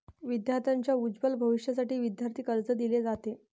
विद्यार्थांच्या उज्ज्वल भविष्यासाठी विद्यार्थी कर्ज दिले जाते